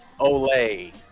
Olay